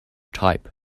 type